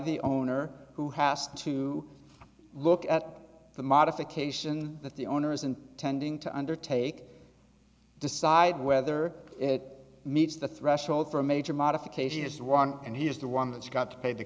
the owner who has to look at the modifications that the owners and attending to undertake decide whether it meets the threshold for a major modification is one and he is the one that's got to pay the